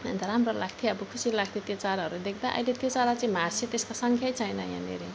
अनि त राम्रो लाग्थ्यो अब खुसी लाग्थ्यो त्यो चराहरू देख्दा अहिले त्यो चरा चाहिँ मासियो त्यसको सङ्ख्यै छैन यहाँनेरि